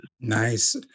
Nice